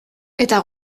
eta